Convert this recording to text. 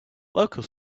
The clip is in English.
local